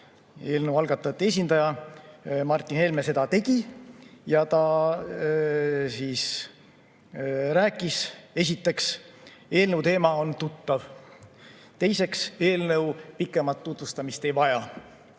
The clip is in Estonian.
Eelnõu algatajate esindaja Martin Helme seda tegi. Ta rääkis esiteks, et eelnõu teema on tuttav, teiseks, et eelnõu pikemat tutvustamist ei vaja.